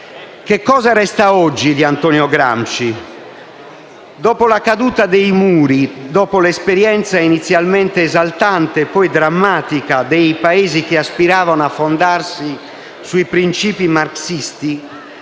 Che cosa resta oggi di Antonio Gramsci? Dopo la caduta dei muri e l'esperienza, inizialmente esaltante e poi drammatica, dei Paesi che aspiravano a fondarsi sui principi marxisti,